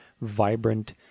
vibrant